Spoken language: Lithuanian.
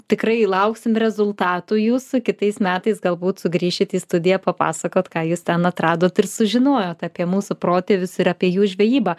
tikrai lauksim rezultatų jūs kitais metais galbūt sugrįšit į studiją papasakot ką jūs ten atradot ir sužinojot apie mūsų protėvius ir apie jų žvejybą